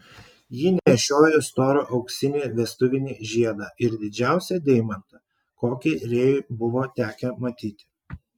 ji nešiojo storą auksinį vestuvinį žiedą ir didžiausią deimantą kokį rėjui buvo tekę matyti